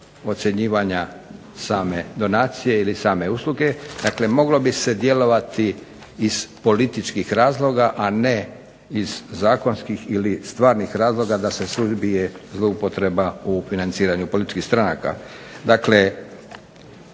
ocjenjivanja same donacije ili same usluge. Dakle moglo bi se djelovati iz političkih razloga, a ne iz zakonskih ili stvarnih razloga da se suzbije zloupotreba u financiranju političkih stranaka.